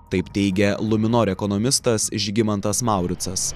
taip teigia luminor ekonomistas žygimantas mauricas